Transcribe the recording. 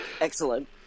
Excellent